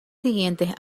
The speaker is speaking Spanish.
siguientes